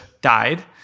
died